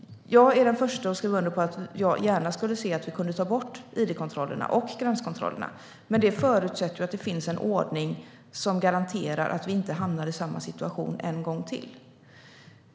Jag är den första att skriva under på att jag gärna skulle se att vi kunde ta bort id-kontrollerna och gränskontrollerna. Det förutsätter att det finns en ordning som garanterar att vi inte hamnar i samma situation en gång till.